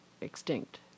extinct